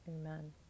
Amen